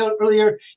earlier